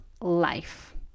life